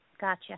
gotcha